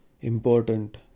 important